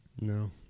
No